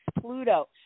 Pluto